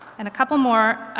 and a couple more.